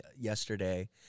yesterday